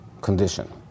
condition